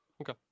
Okay